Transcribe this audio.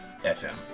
FM